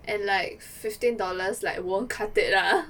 and like fifteen dollars like won't cut it lah